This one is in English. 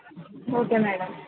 okay madam